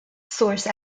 source